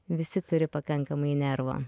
visi turi pakankamai nervo